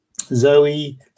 Zoe